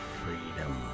freedom